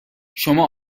شما